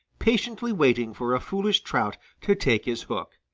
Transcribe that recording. patiently waiting for a foolish trout to take his hook.